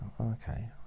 Okay